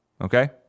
Okay